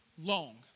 long